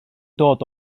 dod